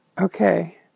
okay